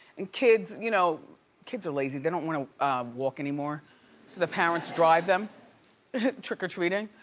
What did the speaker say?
and kids you know kids are lazy. they don't wanna walk anymore so the parents drive them trick or treating.